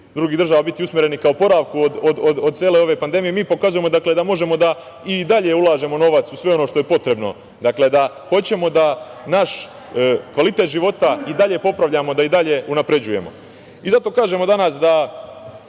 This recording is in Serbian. drugih država biti usmereni ka oporavku od cele ove pandemije, da možemo i dalje da ulažemo novac u sve ono što je potrebno. Dakle, da hoćemo da naš kvalitet života i dalje popravljamo da i dalje unapređujemo. Zato kažemo danas da